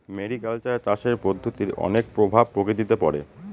mariculture চাষের পদ্ধতির অনেক প্রভাব প্রকৃতিতে পড়ে